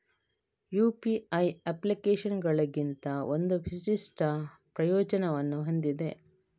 UPI ಅಪ್ಲಿಕೇಶನುಗಳಿಗಿಂತ ಒಂದು ವಿಶಿಷ್ಟ ಪ್ರಯೋಜನವನ್ನು ಹೊಂದಿದೆ